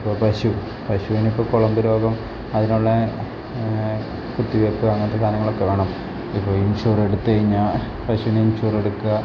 ഇപ്പം പശു പശുവിന് ഇപ്പം കുളമ്പ് രോഗം അതിനുള്ള കുത്തിവെപ്പ് അങ്ങനത്തെ കാര്യങ്ങളൊക്കെ വേണം ഇപ്പം ഇൻഷുർ എടുത്തു കഴിഞ്ഞാൽ പശുവിന് ഇൻഷുർ എടുക്കുക